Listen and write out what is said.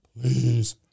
Please